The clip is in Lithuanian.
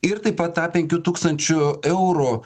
ir taip pat tą penkių tūkstančių eurų